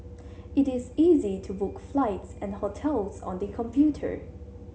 it is easy to book flights and hotels on the computer